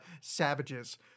savages